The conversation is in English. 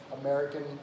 American